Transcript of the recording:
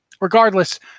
regardless